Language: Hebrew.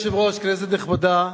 אדוני היושב-ראש, כנסת נכבדה,